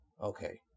okay